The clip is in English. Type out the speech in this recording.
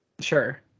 Sure